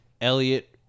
Elliot